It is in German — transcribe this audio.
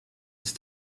ist